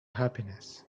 happiness